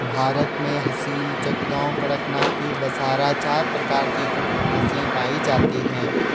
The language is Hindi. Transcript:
भारत में असील, चटगांव, कड़कनाथी, बसरा चार प्रकार की कुक्कुट नस्लें पाई जाती हैं